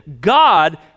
God